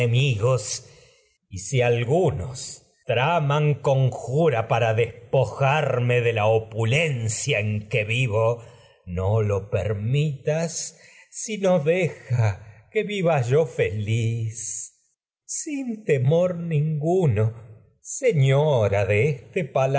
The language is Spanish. enemigos si algunos traman conjura para despojarme de cia en la opulen que vivo no lo permitas sino deja que viva yo feliz cetro sin temor ninguno señora en de este